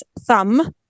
thumb